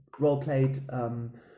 roleplayed